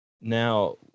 now